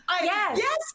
Yes